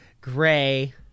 gray